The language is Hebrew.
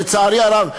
לצערי הרב,